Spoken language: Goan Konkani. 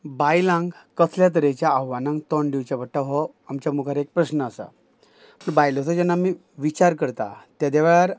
बायलांक कसले तरेचे आव्हानांक तोंड दिवचें पडटा हो आमच्या मुखार एक प्रस्न आसा तर बायलोचो जेन्ना आमी विचार करता तेदे वेळार